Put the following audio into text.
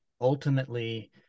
ultimately